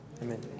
Amen